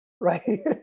right